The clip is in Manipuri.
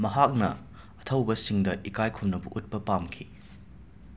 ꯃꯍꯥꯛꯅ ꯑꯊꯧꯕꯁꯤꯡꯗ ꯏꯀꯥꯏ ꯈꯨꯝꯅꯕ ꯎꯠꯄ ꯄꯥꯝꯈꯤ